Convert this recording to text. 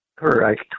Correct